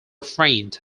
faint